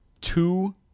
two